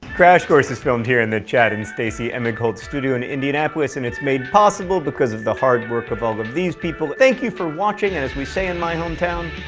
crash course is filmed here in the chad and stacey emigholz studio in indianapolis and it's made possible because of the hard worth of all of these people. thank you for watching and as we say in my hometown,